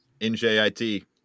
NJIT